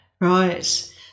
Right